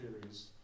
theories